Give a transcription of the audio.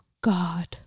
God